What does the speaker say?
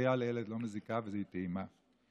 שסוכריה לילד לא מזיקה והיא טעימה,